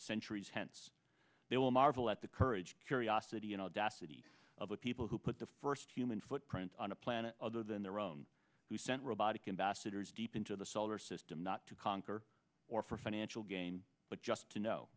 centuries hence they will marvel at the courage curiosity and audacity of the people who put the first human footprint on a planet other than their own who sent robotic ambassadors deep into the solar system not to conquer or for financial gain but just to know